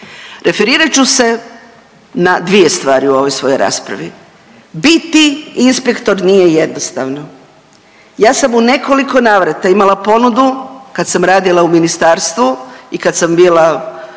Referirat ću se na dvije stvari u ovoj svojoj raspravi. Biti inspektor nije jednostavno, ja sam u nekoliko navrata imala ponudu kad sam radila u ministarstvu i kad sam bila,